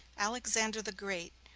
alexander the great,